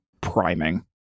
priming